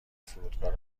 فرودگاه